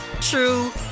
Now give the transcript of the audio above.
true